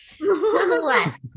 nonetheless